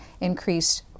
increased